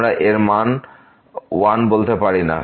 আমরা এর মান ওয়ান বলতে পারি না